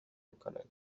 میکند